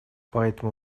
поэтому